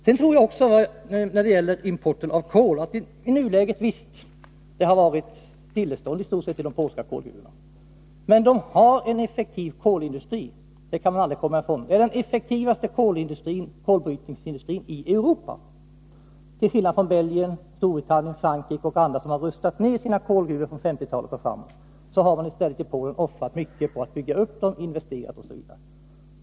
Beträffande import av kol: Javisst, i nuläget har det i stort sett varit stillestånd i de polska kolgruvorna. Men Polen har en effektiv kolindustri — det kan man aldrig komma ifrån. Det är den effektivaste kolbrytningsindustrin i Europa. Till skillnad från förhållandena i Belgien, Storbritannien, Frankrike och andra länder som rustat ner sina kolgruvor från 1950-talet och framåt, har man i Polen i stället offrat mycket på att bygga upp dem, investera.